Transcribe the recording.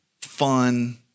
fun